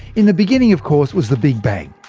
in the beginning, of course, was the big bang.